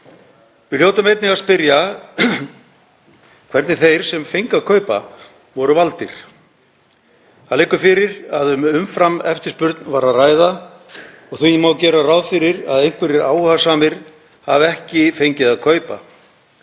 Við hljótum einnig að spyrja hvernig þeir sem fengu að kaupa voru valdir. Það liggur fyrir að um umframeftirspurn var að ræða og því má gera ráð fyrir að einhverjir áhugasamir hafi ekki fengið að kaupa.